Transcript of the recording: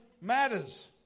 matters